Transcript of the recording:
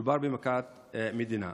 מדובר במכת מדינה.